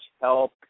help